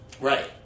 Right